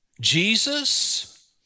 Jesus